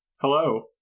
hello